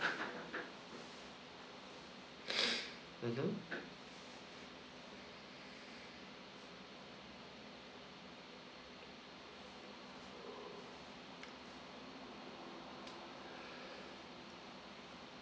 mmhmm